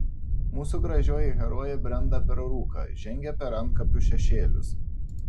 mūsų gražioji herojė brenda per rūką žengia per antkapių šešėlius